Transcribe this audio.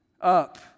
up